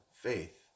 faith